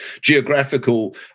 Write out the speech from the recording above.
geographical